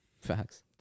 Facts